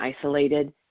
isolated